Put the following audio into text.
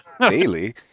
daily